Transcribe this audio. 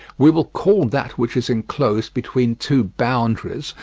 we will call that which is enclosed between two boundaries,